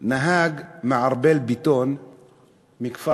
נהג של מערבל בטון מכפר-קאסם